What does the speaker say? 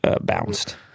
bounced